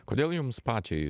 kodėl jums pačiai